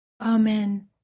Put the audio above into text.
Amen